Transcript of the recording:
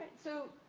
so,